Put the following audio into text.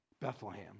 Bethlehem